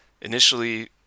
initially